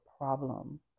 Problem